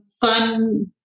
fun